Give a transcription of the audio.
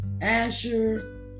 Asher